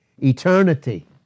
Eternity